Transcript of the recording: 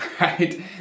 right